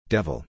Devil